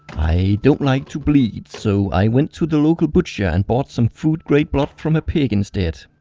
i don't like to bleed so i went to the local butcher and bought some food-grade blood from a pig instead.